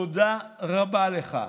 תודה רבה לך.